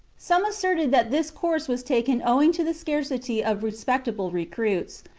some asserted that this course was taken owing to the scarcity of respectable recruits,